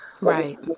Right